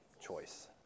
choice